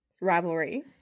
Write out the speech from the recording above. rivalry